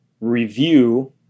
review